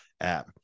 app